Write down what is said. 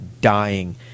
dying